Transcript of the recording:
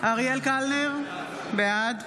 אריאל קלנר, בעד